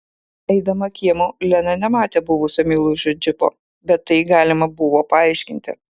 eidama kiemu lena nematė buvusio meilužio džipo bet tai galima buvo paaiškinti